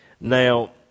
Now